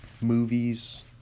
Movies